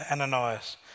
Ananias